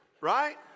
right